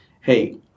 hey